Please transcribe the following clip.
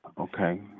Okay